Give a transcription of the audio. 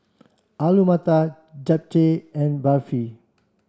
Alu Matar Japchae and Barfi